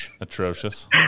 Atrocious